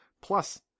Plus